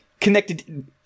connected